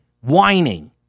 whining